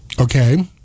Okay